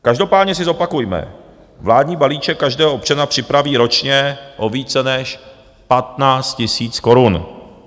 Každopádně si zopakujme vládní balíček každého občana připraví ročně o více než 15 tisíc korun.